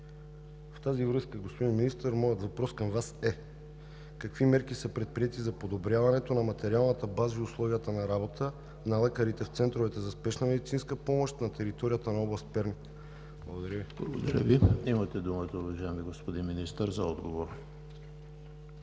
В тази връзка, господин Министър, моят въпрос към Вас е: какви мерки са предприети за подобряване на материалната база и условията за работа на лекарите в Центровете за спешна медицинска помощ на територията на област Перник? Благодаря Ви. ПРЕДСЕДАТЕЛ ЕМИЛ ХРИСТОВ: Благодаря Ви. Имате думата, уважаеми господин Министър, за отговор.